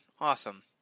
Awesome